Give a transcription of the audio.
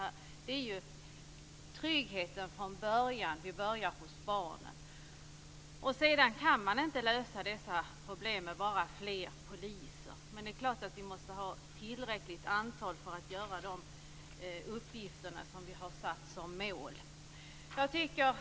Det handlar ju om tryggheten från början, hos barnen. Men man kan inte lösa dessa problem med bara fler poliser. Men det är klart att vi måste ha ett tillräckligt stort antal poliser för att sköta de uppgifter som vi har satt som mål.